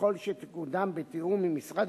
ככל שתקודם בתיאום עם משרד